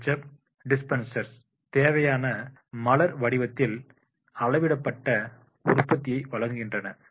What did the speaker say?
ketchup டிஸ்பென்சர்கள் தேவையான மலர் வடிவத்தில் அளவிடப்பட்ட உற்பத்தியை வழங்குகின்றன